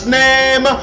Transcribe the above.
name